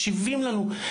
מקשיבים לנו,